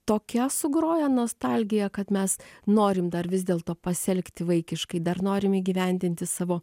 tokia sugroja nostalgija kad mes norim dar vis dėlto pasielgti vaikiškai dar norim įgyvendinti savo